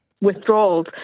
withdrawals